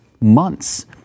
months